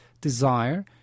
desire